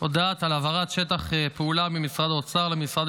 הודעה על העברת שטח פעולה ממשרד האוצר למשרד